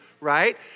right